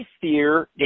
fear